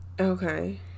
Okay